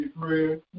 Prayer